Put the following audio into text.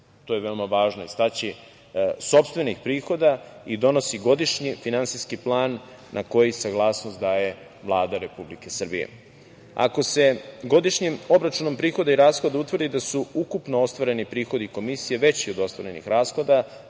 to je veoma važno istaći, iz sopstvenih prihoda i donosi godišnji finansijski plan na koji saglasnost daje Vlada Republike Srbije. Ako se godišnjim obračunom prihoda i rashoda utvrdi da su ukupno ostvareni prihodi Komisije veći od ostvarenih rashoda,